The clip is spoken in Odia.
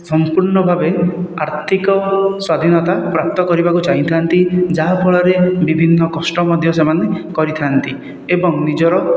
ସମ୍ପୂର୍ଣ୍ଣ ଭାବେ ଆର୍ଥିକ ସ୍ଵାଧୀନତା ପ୍ରାପ୍ତ କରିବାକୁ ଚାହିଁଥାନ୍ତି ଯାହାଫଳରେ ବିଭିନ୍ନ କଷ୍ଟ ମଧ୍ୟ ସେମାନେ କରିଥାନ୍ତି ଏବଂ ନିଜର